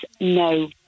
no